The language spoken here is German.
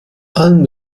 allen